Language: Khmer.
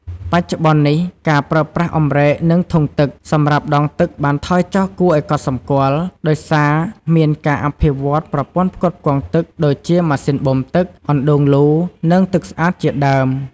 បច្ចុប្បន្ននេះ ការប្រើប្រាស់អម្រែក និងធុងទឹកសម្រាប់ដងទឹកបានថយចុះគួរឱ្យកត់សម្គាល់ ដោយសារមានការអភិវឌ្ឍន៍ប្រព័ន្ធផ្គត់ផ្គង់ទឹក ដូចជាម៉ាស៊ីនបូមទឹក អណ្តូងលូ និងទឹកស្អាតជាដើម។